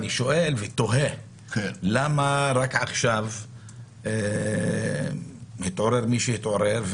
אני שואל ותוהה למה רק עכשיו התעורר מי שהתעורר.